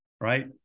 right